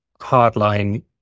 hardline